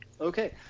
Okay